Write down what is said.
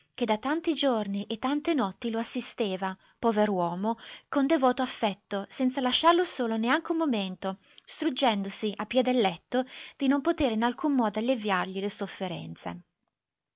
che da tanti giorni e tante notti lo assisteva pover'uomo con devoto affetto senza lasciarlo solo neanche un momento struggendosi a piè del letto di non potere in alcun modo alleviargli le sofferenze